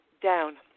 down